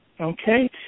okay